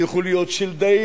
תלכו להיות שילדאים,